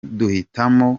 duhitamo